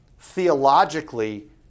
theologically